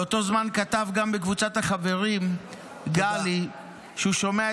באותו זמן כתב גם בקבוצת החברים גלי -- תודה.